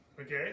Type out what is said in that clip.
Okay